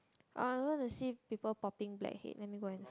I wanna see people popping blackheads let me go and